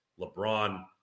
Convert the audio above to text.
LeBron